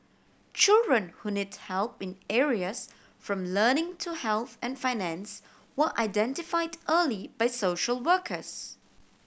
children who need help in areas from learning to health and finance were identified early by social workers